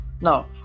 Now